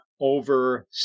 over